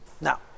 Now